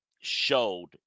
showed